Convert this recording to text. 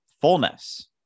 fullness